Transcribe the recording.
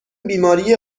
بیماری